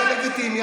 זה לגיטימי,